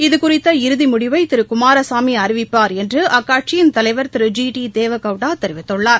இது குறித்த இறுதி முடிவை திரு குமாரசாமி அறிவிப்பார் என்று அக்கட்சியின் தலைவர் திரு ஜி டி தேவேகவுடா தெரிவித்துள்ளார்